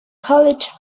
college